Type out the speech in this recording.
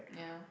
yeah